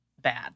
bad